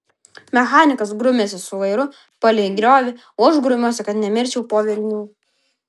mechanikas grumiasi su vairu palei griovį o aš grumiuosi kad nemirčiau po velnių